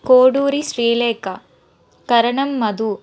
Koduri Srilekha Karanam Madhu